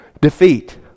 defeat